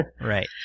Right